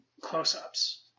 close-ups